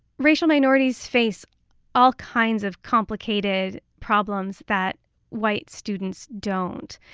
racial minorities face all kinds of complicated problems that white students don't.